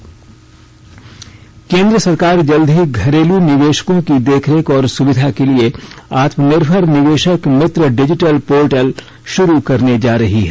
निवेशक मित्र पोर्टल केंद्र सरकार जल्द ही घरेलू निवेशकों की देख रेख और सुविधा के लिए आत्मनिर्भर निवेशक मित्र डिजिटल पोर्टल शुरू करने जा रही है